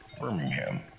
Birmingham